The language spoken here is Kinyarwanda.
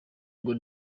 ngo